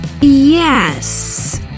Yes